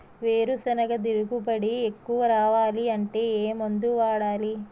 వేరుసెనగ దిగుబడి ఎక్కువ రావాలి అంటే ఏ మందు వాడాలి?